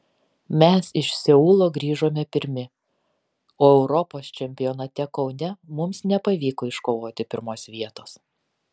mes iš seulo grįžome pirmi o europos čempionate kaune mums nepavyko iškovoti pirmos vietos